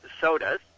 sodas